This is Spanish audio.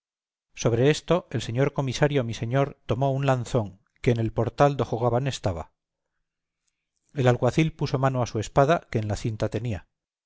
sobre esto el señor comisario mi señor tomó un lanzón que en el portal do jugaban estaba el aguacil puso mano a su espada que en la cinta tenía